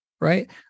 right